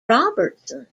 robertson